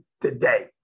today